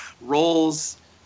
roles